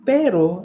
pero